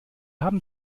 haben